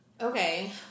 Okay